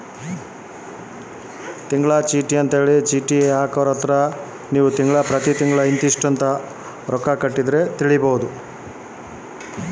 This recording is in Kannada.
ತಿಂಗಳ ಚೇಟಿ ಹಾಕುವ ಮುಖಾಂತರ ಸಾಲ ಪಡಿಬಹುದಂತಲ ಅದು ಹೆಂಗ ಸರ್?